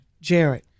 jared